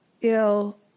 ill